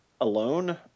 alone